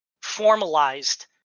formalized